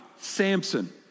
Samson